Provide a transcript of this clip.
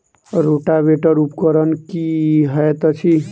Rotavator उपकरण की हएत अछि?